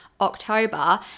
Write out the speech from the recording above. October